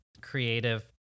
creative